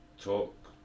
talk